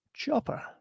Chopper